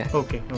okay